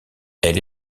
elle